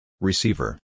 Receiver